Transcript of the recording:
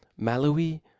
Malawi